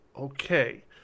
Okay